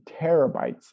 terabytes